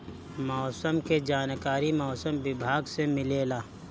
मौसम के जानकारी मौसम विभाग से मिलेला?